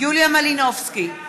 יוליה מלינובסקי,